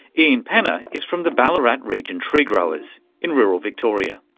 ian penna is from the ballarat region tree-growers in rural victoria.